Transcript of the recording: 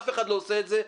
אף אחד לא עושה את זה.